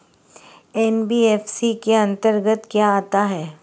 NBFC के अंतर्गत क्या आता है?